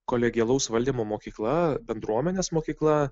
kolegialaus valdymo mokykla bendruomenės mokykla